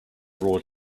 raw